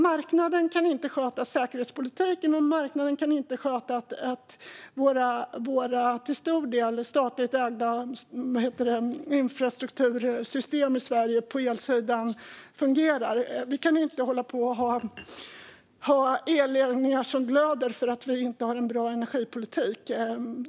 Marknaden kan inte sköta säkerhetspolitiken, men marknaden kan inte heller sköta våra till stor del statligt ägda infrastruktursystem på elsidan i Sverige. Det går inte att ha glödande elledningar därför att det inte finns en bra energipolitik.